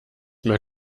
mehr